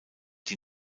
die